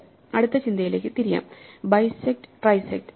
അടുത്ത ചിന്തയിലേക്ക് തിരിയാം ബൈ സെക്ട് ട്രൈ സെക്ട്